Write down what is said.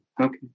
Okay